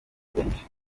benshi